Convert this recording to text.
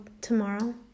Tomorrow